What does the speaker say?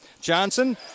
Johnson